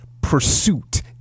pursuit